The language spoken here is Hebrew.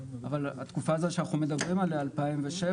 אבל התקופה הזו שאנחנו מדברים עליה 2007,